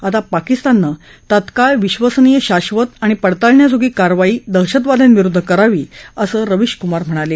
आता पाकिस्ताननं तात्काळ विद्वसनीय शाधत आणि पडताळण्याजोगी कारवाई दहशतवाद्याविरुद्ध करावी असं रवीश कुमार म्हणाले